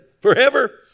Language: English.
forever